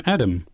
Adam